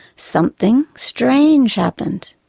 something strange happened.